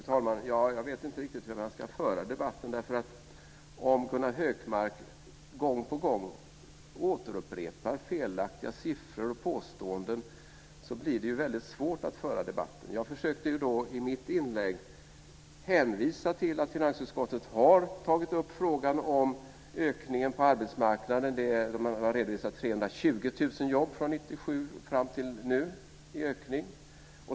Fru talman! Jag vet inte riktigt hur debatten ska föras. Om Gunnar Hökmark gång på gång upprepar felaktiga siffror och påståenden blir det väldigt svårt att debattera. I mitt inlägg försökte jag hänvisa till att finansutskottet har tagit upp frågan om ökningen på arbetsmarknaden - 320 000 fler jobb har redovisats från år 1997 och fram till nu.